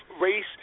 race